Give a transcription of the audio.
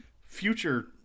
future